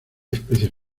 especies